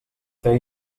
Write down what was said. fer